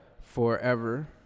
Forever